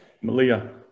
Malia